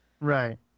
Right